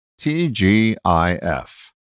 TGIF